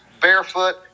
Barefoot